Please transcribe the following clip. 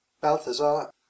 Balthazar